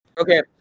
okay